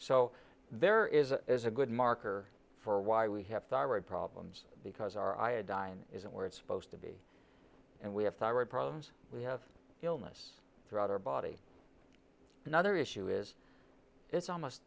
so there is a is a good marker for why we have thyroid problems because our iodine isn't where it's supposed to be and we have thyroid problems we have illness throughout our body another issue is it's almost